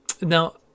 Now